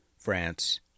France